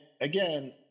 again